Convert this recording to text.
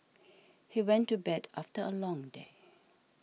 he went to bed after a long day